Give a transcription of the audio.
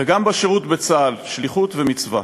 וגם רואה בשירות בצה"ל שליחות ומצווה.